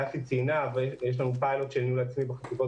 דסי ציינה שיש לנו פיילוט של ניהול עצמי בחטיבות